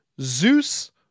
zeus